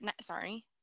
Sorry